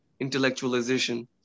intellectualization